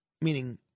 meaning